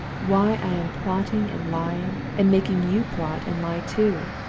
why i am plotting and lying, and making you plot and lie too,